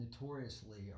notoriously